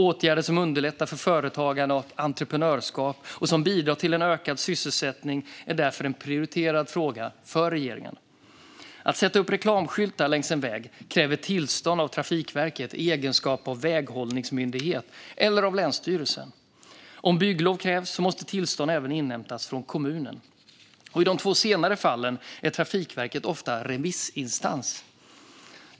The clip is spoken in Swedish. Åtgärder som underlättar för företagande och entreprenörskap och som bidrar till en ökad sysselsättning är därför en prioriterad fråga för regeringen. Att sätta upp reklamskyltar längs en väg kräver tillstånd av Trafikverket i egenskap av väghållningsmyndighet eller av länsstyrelsen. Om bygglov krävs måste tillstånd även inhämtas från kommunen. I de två senare fallen är Trafikverket ofta remissinstans.